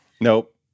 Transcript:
Nope